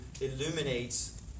illuminates